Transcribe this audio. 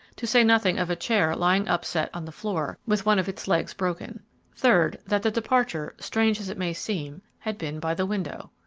to say nothing of a chair lying upset on the floor with one of its legs broken third, that the departure, strange as it may seem, had been by the window.